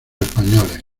españoles